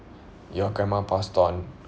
your grandma passed on